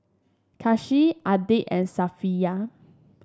Kasih Adi and Safiya